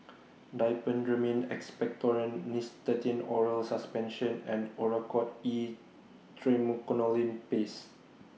Diphenhydramine Expectorant Nystatin Oral Suspension and Oracort E Triamcinolone Paste